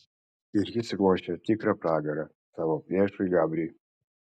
ir jis ruošia tikrą pragarą savo priešui gabriui